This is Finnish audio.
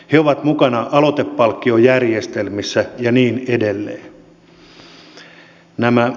he ovat mukana aloitepalkkiojärjestelmissä ja niin edelleen